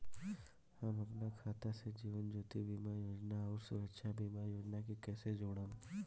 हम अपना खाता से जीवन ज्योति बीमा योजना आउर सुरक्षा बीमा योजना के कैसे जोड़म?